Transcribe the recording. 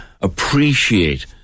appreciate